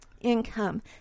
Income